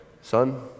son